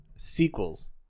sequels